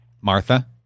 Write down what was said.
Martha